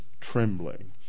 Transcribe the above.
trembling